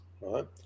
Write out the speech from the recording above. right